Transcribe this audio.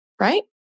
right